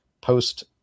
post